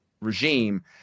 regime